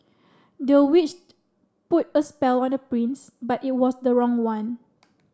the witch put a spell on the prince but it was the wrong one